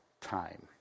time